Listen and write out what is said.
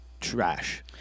trash